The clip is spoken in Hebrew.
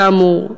כאמור,